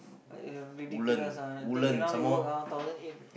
like ridiculous ah think now you work thousand eight